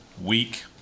week